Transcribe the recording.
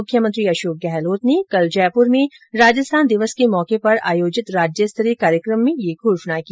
मुख्यमंत्री अशोक गहलोत ने कल जयपुर में राजस्थान दिवस के मौके पर आयोजित राज्यस्तरीय कार्यक्रम में यह घोषणा की